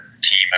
team